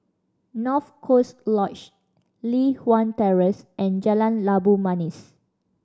North Coast Lodge Li Hwan Terrace and Jalan Labu Manis